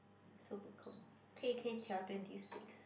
super cold K K twenty six